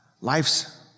Life's